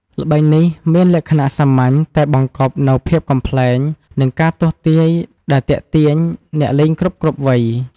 ល្បែងនេះមានលក្ខណៈសាមញ្ញ តែបង្កប់នូវភាពកំប្លែង និងការទស្សន៍ទាយដែលទាក់ទាញអ្នកលេងគ្រប់ៗវ័យ។